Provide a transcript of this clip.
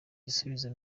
gisubizo